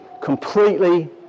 completely